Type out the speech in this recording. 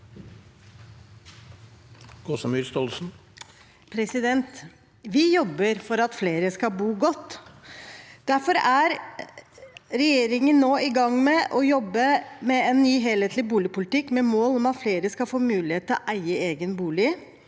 Vi jobber for at flere skal bo godt. Derfor er regjeringen i gang med å jobbe med en ny, helhetlig boligpolitikk med mål om at flere skal få mulighet til å eie egen bolig,